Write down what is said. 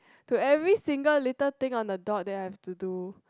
to every single little thing on the dot that I have to do